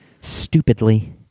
stupidly